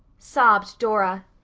sobbed dora,